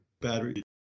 battery